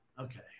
Okay